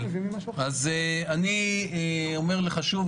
אז אני אומר לך שוב,